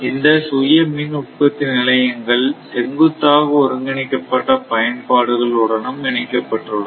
இந்த சுய மின் உற்பத்தி நிலையங்கள் செங்குத்தாக ஒருங்கிணைக்கப்பட்ட பயன்பாடுகள் உடனும் இணைக்கப்பட்டுள்ளன